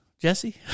Jesse